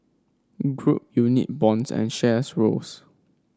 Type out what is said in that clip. group unit bonds and shares rose